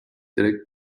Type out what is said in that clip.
direkt